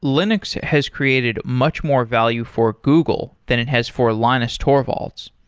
linux has created much more value for google than it has for linus torvalds.